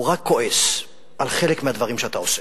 והוא רק כועס על חלק מהדברים שאתה עושה.